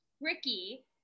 Ricky